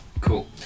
Cool